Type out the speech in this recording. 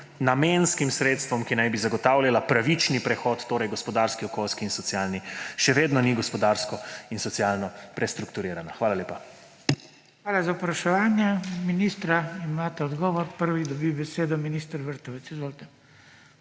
namenskim sredstvom, ki naj bi zagotavljala pravični prehod, torej gospodarski, okoljski in socialni, še vedno ni gospodarsko in socialno prestrukturirala? Hvala lepa. PODPREDSEDNIK BRANKO SIMONOVIČ: Hvala za vprašanja. Ministra imata odgovor. Prvi dobi besedo minister Vrtovec. Izvolite.